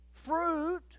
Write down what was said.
fruit